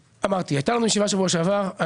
אמרתי, הייתה לנו ישיבה שבוע שעבר.